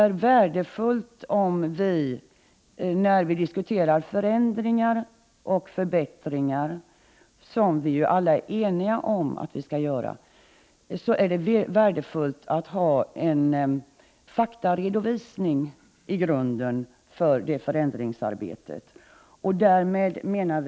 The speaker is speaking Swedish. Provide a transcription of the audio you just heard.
När vi diskuterar förändringar och förbättringar, som vi ju alla är eniga om att vi skall göra, är det värdefullt att till grund för detta förändringsarbete ha en faktaredovisning.